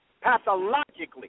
pathologically